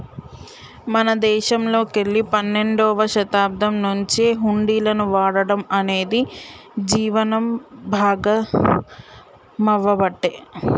మన దేశంలోకెల్లి పన్నెండవ శతాబ్దం నుంచే హుండీలను వాడటం అనేది జీవనం భాగామవ్వబట్టే